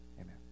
Amen